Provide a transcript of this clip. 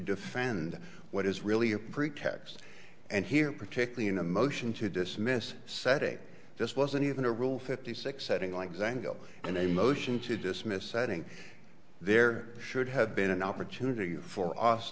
defend what is really a pretext and here particularly in a motion to dismiss said it just wasn't even a rule fifty six setting like zangwill in a motion to dismiss setting there should have been an opportunity for us